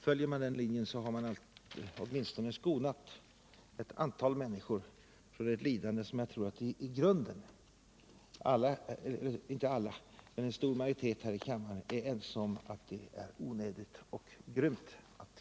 Följer man den linjen har man åtminstone skonat ett antal människor från ett lidande som jag tror att en stor majoritet här i kammaren är ense om är onödigt och grymt.